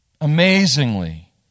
Amazingly